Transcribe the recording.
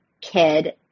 kid